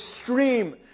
extreme